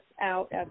out